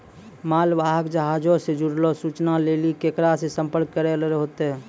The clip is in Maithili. मालवाहक जहाजो से जुड़लो सूचना लेली केकरा से संपर्क करै होतै?